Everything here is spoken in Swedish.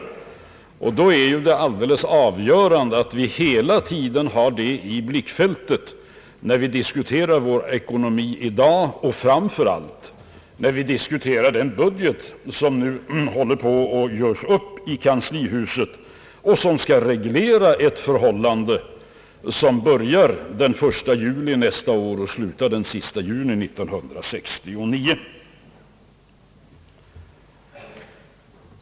Det är alldeles avgörande att vi hela tiden har detta i blickfältet, när vi i dag diskuterar vår ekonomi och framför allt när vi diskuterar den budget som nu håller på att göras upp i kanslihuset och som skall reglera en period, som börjar den 1 juli nästa år och slutar den 30 juni 1969.